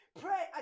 Pray